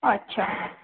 اچھا